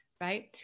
right